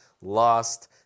lost